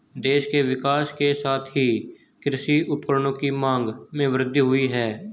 देश के विकास के साथ ही कृषि उपकरणों की मांग में वृद्धि हुयी है